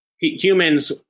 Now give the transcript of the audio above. humans